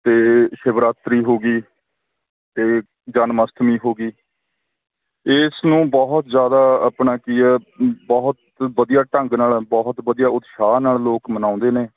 ਅਤੇ ਸ਼ਿਵਰਾਤਰੀ ਹੋ ਗਈ ਅਤੇ ਜਨਮ ਅਸ਼ਟਮੀ ਹੋ ਗਈ ਇਸ ਨੂੰ ਬਹੁਤ ਜ਼ਿਆਦਾ ਆਪਣਾ ਕੀ ਹੈ ਬਹੁਤ ਵਧੀਆ ਢੰਗ ਨਾਲ ਬਹੁਤ ਵਧੀਆ ਉਤਸ਼ਾਹ ਨਾਲ ਲੋਕ ਮਨਾਉਂਦੇ ਨੇ